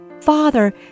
Father